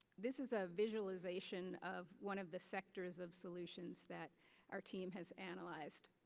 this is a visualization of one of the sectors of solutions that our team has analyzed.